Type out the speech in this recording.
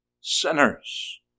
sinners